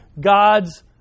God's